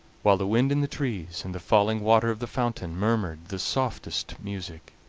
while the wind in the trees and the falling water of the fountain murmured the softest music.